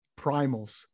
primals